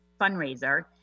fundraiser